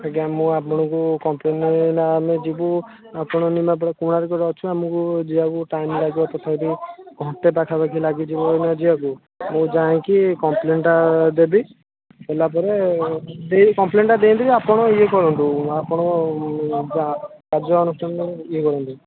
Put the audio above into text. ଆଜ୍ଞା ମୁଁ ଆପଣଙ୍କୁ କମ୍ପ୍ଲେନ୍ ଏଇନା ଆମେ ଯିବୁ ଆପଣ ନିମାପଡ଼ା କୋଣାର୍କରେ ଅଛୁ ଆମକୁ ଯିବାକୁ ଟାଇମ୍ ଲାଗିବ ତଥାପି ଘଣ୍ଟେ ପାଖାପାଖି ଲାଗିଯିବ ଏଇନା ଯିବାକୁ ମୁଁ ଯାଇକି କମ୍ପ୍ଲେନ୍ଟା ଦେବି ଦେଲା ପରେ ଦେଇ କମ୍ପ୍ଲେନ୍ଟା ଦେଇଦେବି ଆପଣ ଇଏ କରନ୍ତ ଆପଣ କା କାର୍ଯ୍ୟାନୁଷ୍ଠାନ ଇଏ କରନ୍ତୁ